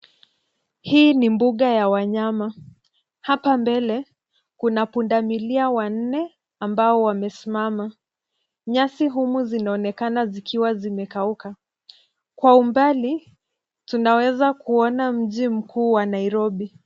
Hii ni mbuga ya wanyama. Hapa mbele, kuna punda milia wanne ambao wamesimama. Nyasi humu zinaonekana zikiwa zimekauka. Kwa umbali, tunaweza kuona mji mkuu wa Nairobi.